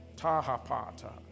tahapata